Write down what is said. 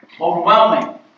overwhelming